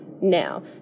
Now